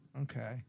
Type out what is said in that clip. Okay